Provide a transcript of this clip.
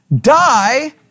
die